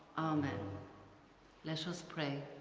amen let us pray